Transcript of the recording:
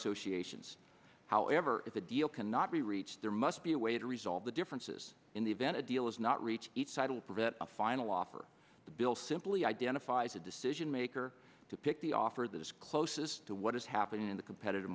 associations however if a deal cannot be reached there must be a way to resolve the differences in the event a deal is not reach each side will prevent a final offer the bill simply identifies a decision maker to pick the offer that is closest to what is happening in the competitive